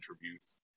interviews